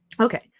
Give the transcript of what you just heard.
Okay